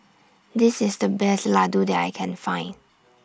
This IS The Best Laddu that I Can Find